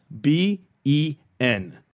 B-E-N